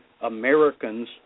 Americans